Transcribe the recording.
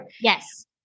yes